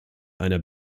einer